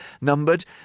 numbered